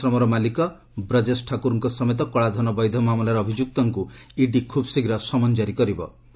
କନ୍ୟାଶ୍ରମର ମାଲିକ ବ୍ରଜେଶ ଠାକୁରଙ୍କ ସମେତ କଳାଧନ ବୈଧ ମାମଲାରେ ଅଭିଯୁକ୍ତଙ୍କୁ ଇଡି ଖୁବ୍ ଶୀଘ୍ର ସମନ୍ ଜାରି କରିବ